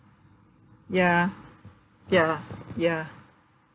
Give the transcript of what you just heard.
ya ya ya